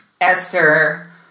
Esther